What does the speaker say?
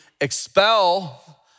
expel